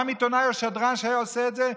גם עיתונאי או שדרן שהיה עושה את זה,